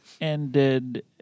ended